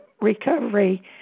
recovery